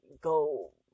go